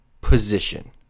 position